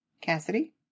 Cassidy